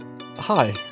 Hi